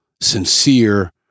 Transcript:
sincere